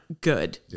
Good